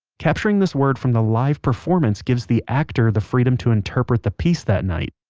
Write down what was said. capturing this word from the live performance gives the actor the freedom to interpret the piece that night.